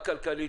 הכלכלית,